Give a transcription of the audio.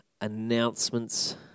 announcements